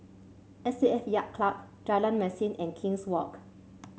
S A F Yacht Club Jalan Mesin and King's Walk